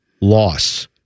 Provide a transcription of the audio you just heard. loss